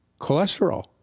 cholesterol